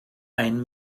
ein